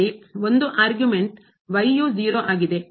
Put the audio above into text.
ಇಲ್ಲಿ ಒಂದು argument y u 0 ಆಗಿದೆ